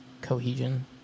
cohesion